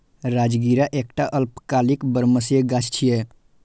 राजगिरा एकटा अल्पकालिक बरमसिया गाछ छियै